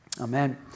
Amen